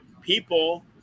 people